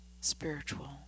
spiritual